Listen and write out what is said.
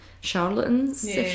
charlatans